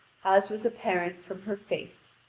as was apparent from her face.